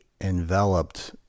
enveloped